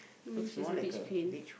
she's a beach queen